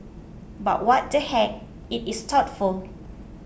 but what the heck it is thoughtful